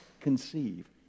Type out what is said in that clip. conceive